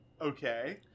Okay